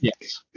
Yes